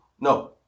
no